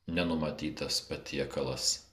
nenumatytas patiekalas